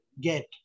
get